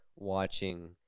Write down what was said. watching